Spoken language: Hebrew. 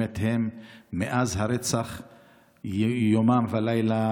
מאז הרצח הם יומם ולילה,